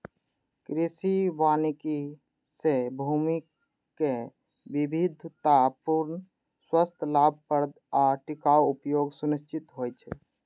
कृषि वानिकी सं भूमिक विविधतापूर्ण, स्वस्थ, लाभप्रद आ टिकाउ उपयोग सुनिश्चित होइ छै